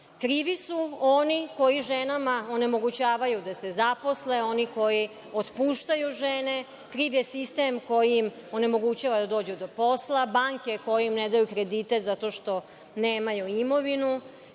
Krivi su oni koji ženama onemogućavaju da se zaposle, oni koji otpuštaju žene, kriv je sistem koji im onemogućava da dođe do posla, banke koje im ne daju kredite zato što nemaju imovinu.